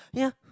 ya